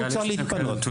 גל, יש לך את הנתונים?